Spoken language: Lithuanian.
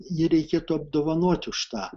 jį reikėtų apdovanoti už tą